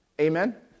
Amen